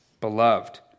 beloved